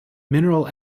mineral